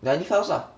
then I leave house ah